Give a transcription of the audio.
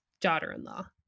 daughter-in-law